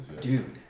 Dude